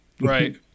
Right